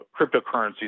cryptocurrencies